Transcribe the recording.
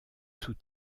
sous